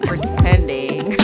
pretending